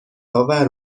آور